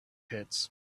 pits